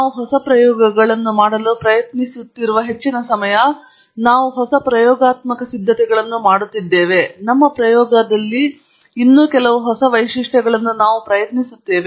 ನಾವು ಹೊಸ ಪ್ರಯೋಗಗಳನ್ನು ಮಾಡಲು ಪ್ರಯತ್ನಿಸುತ್ತಿರುವ ಹೆಚ್ಚಿನ ಸಮಯ ನಾವು ಹೊಸ ಪ್ರಯೋಗಾತ್ಮಕ ಸಿದ್ಧತೆಗಳನ್ನು ಮಾಡುತ್ತಿದ್ದೇವೆ ಮತ್ತು ನಮ್ಮ ಪ್ರಯೋಗದಲ್ಲಿ ಇನ್ನೂ ಕೆಲವು ಹೊಸ ವೈಶಿಷ್ಟ್ಯಗಳನ್ನು ನಾವು ಪ್ರಯತ್ನಿಸುತ್ತಿದ್ದೇವೆ